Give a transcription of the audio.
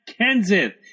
Kenseth